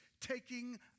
taking